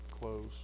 close